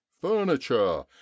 furniture